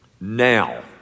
Now